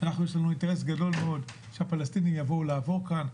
יש לנו אינטרס גדול מאוד שהפלסטינים יבואו לעבוד כאן.